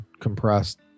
compressed